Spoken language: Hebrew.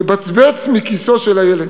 מבצבץ מכיסו של הילד.